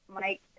Mike